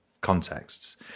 contexts